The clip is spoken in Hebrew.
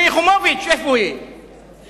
שלי יחימוביץ אומרת,